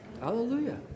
Hallelujah